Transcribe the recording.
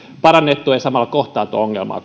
parannettua ja samalla kohtaanto ongelmaa